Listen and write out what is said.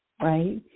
right